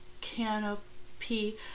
canopy